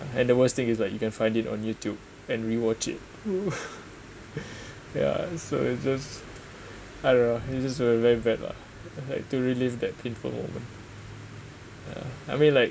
and the worst thing is like you can find it on youtube and rewatch !huh! yeah so it's just I don't know it's just a very very bad lah like to relieve that painful moment err I mean like